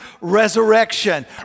resurrection